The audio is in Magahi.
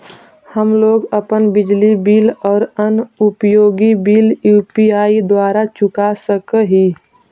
हम लोग अपन बिजली बिल और अन्य उपयोगि बिल यू.पी.आई द्वारा चुका सक ही